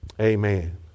amen